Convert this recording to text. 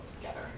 together